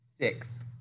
Six